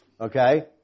Okay